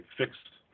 fixed